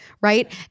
Right